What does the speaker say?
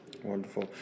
Wonderful